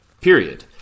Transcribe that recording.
period